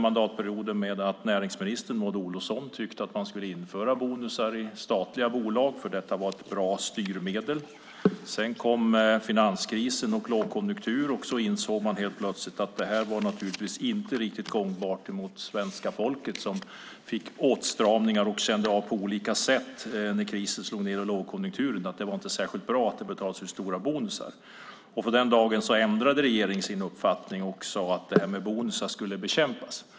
Mandatperioden började med att näringsminister Maud Olofsson tyckte att man skulle införa bonusar i statliga bolag, för detta var ett bra styrmedel. Sedan kom finanskrisen och lågkonjunktur, och då insåg man helt plötsligt att det här naturligtvis inte var riktigt gångbart mot svenska folket, som fick uppleva åtstramningar och kände av på olika sätt när krisen och lågkonjunkturen slog till. Det var inte särskilt bra att det betalades ut stora bonusar. Då ändrade regeringen sin uppfattning och menade att det här med bonusar skulle bekämpas.